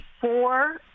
four